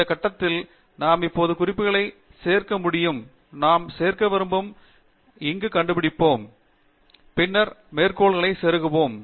இந்த கட்டத்தில் நாம் இப்போது குறிப்புகளை சேர்க்க முடியும் நாம் சேர்க்க விரும்புவதை எங்கு கண்டுபிடிப்போம் பின்னர் மேற்கோள்களை செருகவும்